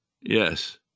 Yes